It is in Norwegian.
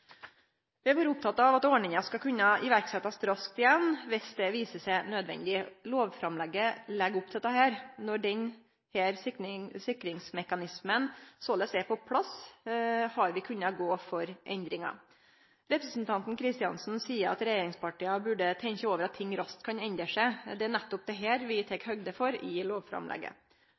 Vi har vore opptekne av at ordninga skal kunne setjast i verk raskt igjen, dersom det viser seg nødvendig. Lovframlegget legg opp til dette. Når denne sikringsmekanismen såleis er på plass, har vi kunna gå for endringa. Representanten Kristiansen seier at regjeringspartia burde tenkje over at ting raskt kan endre seg. Det er nettopp dette vi tek høgde for i lovframlegget.